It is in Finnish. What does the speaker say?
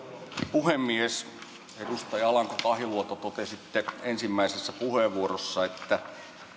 puhemies edustaja alanko kahiluoto totesitte ensimmäisessä puheenvuorossanne että